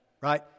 right